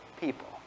people